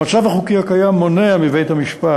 המצב החוקי הקיים מונע מבית-המשפט,